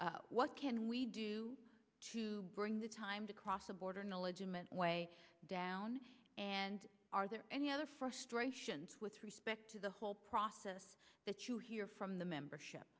what can we do to bring the time to cross the border knowledge down and are there any other frustrations with respect to the whole process that you hear from the membership